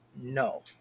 No